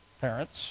Parents